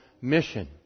mission